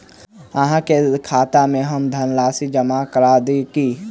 अहाँ के खाता में हम धनराशि जमा करा दिअ की?